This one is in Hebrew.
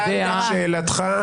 משה, בבקשה, שאל את שאלתך.